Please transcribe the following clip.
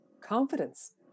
confidence